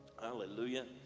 Hallelujah